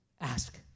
ask